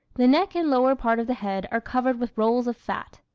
the neck and lower part of the head are covered with rolls of fat.